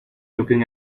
looking